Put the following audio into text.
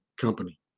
company